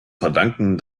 verdanken